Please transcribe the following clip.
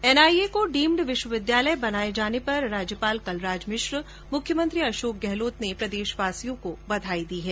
NIA को deemed विश्वविद्यालय बनाए जाने पर राज्यपाल कलराज मिश्र और मुख्यमंत्री अशोक गहलोत ने प्रदेशवासियों को बधाई दी है